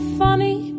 funny